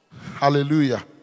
hallelujah